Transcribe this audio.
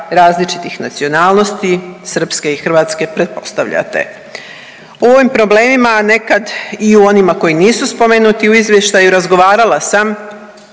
različitih nacionalnosti srpske i hrvatske pretpostavljate. U ovom problemima, a nekad i u onima koji nisu spomenuti u izvještaju razgovarala sam